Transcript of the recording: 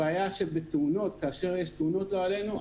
הבעיה שבתאונות כאשר יש תאונות לא עלינו,